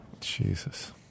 Jesus